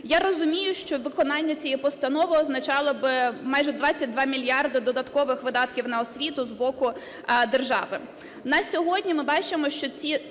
Я розумію, що виконання цієї постанови означало би майже 22 мільярди додаткових видатків на освіту з боку держави. На сьогодні ми бачимо, що ця